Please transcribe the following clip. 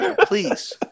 Please